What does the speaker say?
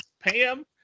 Pam